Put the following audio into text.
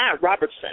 Robertson